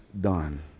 done